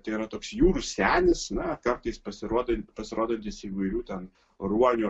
tai yra toks jūrų senis na kartais pasirodan pasirodantis įvairių ten ruonių